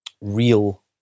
real